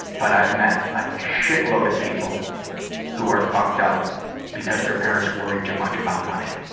but i've met a shitload of people who are fucked up because their parents worried too much about money.